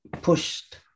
pushed